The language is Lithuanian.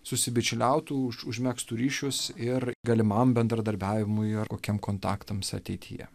susibičiuliautų už užmegztų ryšius ir galimam bendradarbiavimui ar kokiam kontaktams ateityje